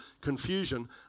confusion